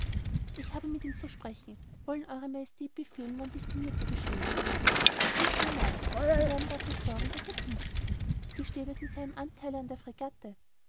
ich habe mit ihm zu sprechen wollen ew majestät befehlen wann dies bei mir zu geschehen hat elf uhr morgen sie werden dafür sorgen daß er pünktlich ist wie steht es mit seinem antheile an der fregatte